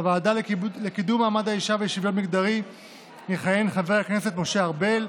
בוועדה לקידום מעמד האישה ולשוויון מגדרי יכהן חבר הכנסת משה ארבל,